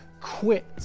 quit